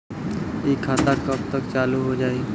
इ खाता कब तक चालू हो जाई?